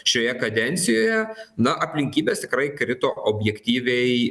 šioje kadencijoje na aplinkybės tikrai krito objektyviai